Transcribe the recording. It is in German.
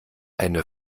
eine